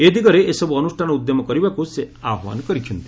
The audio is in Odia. ଏଦିଗରେ ଏସବ୍ ଅନ୍ଦ୍ରଷ୍ଠାନ ଉଦ୍ୟମ କରିବାକୃ ସେ ଆହ୍ୱାନ କରିଛନ୍ତି